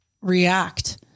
react